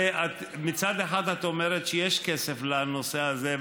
מצד אחד את אומרת שיש כסף לנושא הזה,